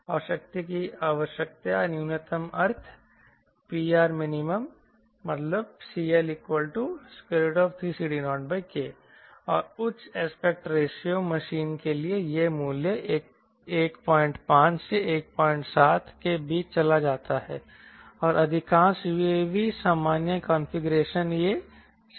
और शक्ति की आवश्यकता न्यूनतम अर्थ PRMinCL3CD0K और उच्च एस्पेक्ट रेशियो मशीन के लिए यह मूल्य 15 से 17 के बीच चला जाता है और अधिकांश UAV सामान्य कॉन्फ़िगरेशन यह स्टॉल कोण से परे है